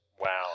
Wow